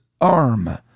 arm